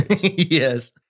Yes